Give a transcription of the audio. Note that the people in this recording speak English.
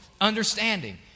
understanding